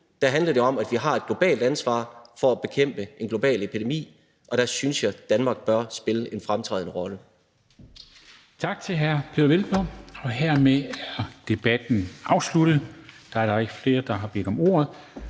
nu handler det om, at vi har et globalt ansvar for at bekæmpe en global epidemi, og der synes jeg, at Danmark bør spille en fremtrædende rolle. Kl. 15:04 Formanden (Henrik Dam Kristensen): Tak til hr. Peder Hvelplund. Hermed er debatten afsluttet, da der ikke er flere, der har bedt om ordet.